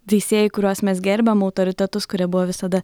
teisėjai kuriuos mes gerbiam autoritetus kurie buvo visada